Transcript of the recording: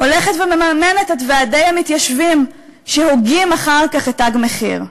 הולכת ומממנת את ועדי המתיישבים שהוגים אחר כך את "תג מחיר".